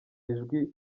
ijwi